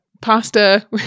pasta